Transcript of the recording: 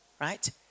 right